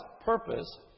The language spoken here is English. purpose